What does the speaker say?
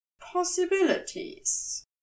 possibilities